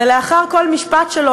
ולאחר כל משפט שלו,